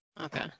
Okay